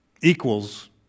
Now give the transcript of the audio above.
equals